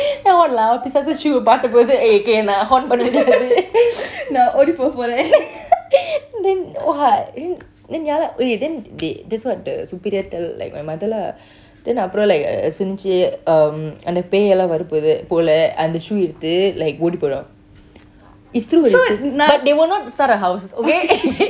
I want laugh பிசாசு:pisasu shoe வ பார்கும் போதது:va paarkum potu eh okay nah haunt பண்ண முடியாது:panna mutiyaatu நான் ஓடி போபோரேன்:naa oti poopooren then !wah! then then ya lah okay then they that's what the superior tell like my mother lah then அப்புறம்:appuram like um சொல்லுச்சி:cholluchu um அந்த பேயெல்லாம் வரபோகுது போல அந்த:anta peyyelam varapotu pola anta shoe எடுத்து:etuthu like ஓடிபோயிரும்:otipooirum is true but they will not start a house okay